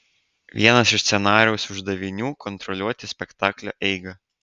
vienas iš scenarijaus uždavinių kontroliuoti spektaklio eigą